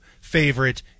favorite